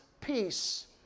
peace